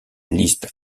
liste